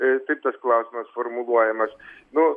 a taip tas klausimas formuluojamas nu